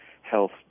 health